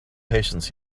patience